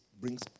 brings